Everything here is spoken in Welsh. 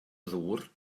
ddŵr